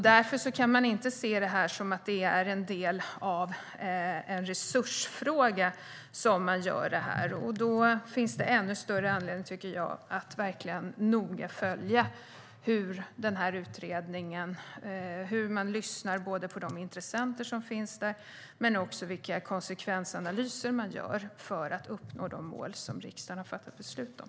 Därför kan man inte se det enbart som en resursfråga. Det finns således ännu större anledning att noga följa utredningen, se hur man lyssnar på intressenterna och vilka konsekvensanalyser som görs för att uppnå de mål som riksdagen fattat beslut om.